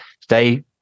today